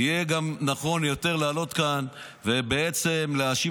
יהיה גם נכון יותר לעלות לכאן ובעצם להאשים